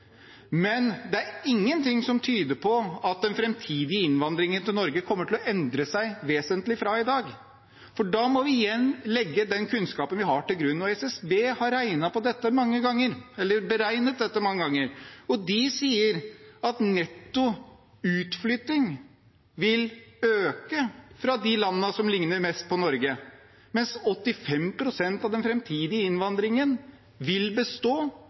Men ingenting tyder på at den framtidige innvandringen til Norge kommer til å endre seg vesentlig fra i dag. Da må vi igjen legge den kunnskapen vi har, til grunn. SSB har beregnet dette mange ganger og sier at netto utflytting vil øke fra de landene som ligner mest på Norge, mens 85 pst. av den framtidige innvandringen vil bestå